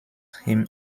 him